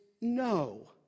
no